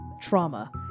Trauma